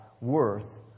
worth